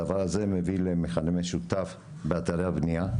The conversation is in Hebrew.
הדבר הזה מביא למכנה משותף באתרי הבנייה,